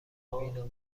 وینا